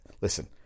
listen